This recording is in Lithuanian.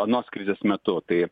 anos krizės metu tai